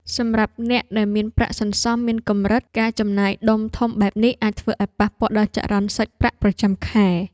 សម្រាប់អ្នកដែលមានប្រាក់សន្សំមានកម្រិតការចំណាយដុំធំបែបនេះអាចធ្វើឱ្យប៉ះពាល់ដល់ចរន្តសាច់ប្រាក់ប្រចាំខែ។